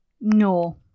No